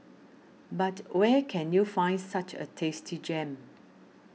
but where can you find such a tasty gem